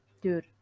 dude